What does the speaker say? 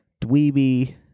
dweeby